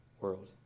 world